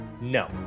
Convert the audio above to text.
No